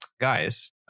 guys